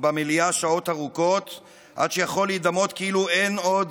ובמליאה שעות ארוכות עד שיכול להידמות כאילו אין עוד